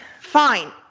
Fine